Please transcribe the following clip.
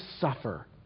suffer